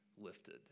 lifted